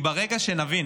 ברגע שנבין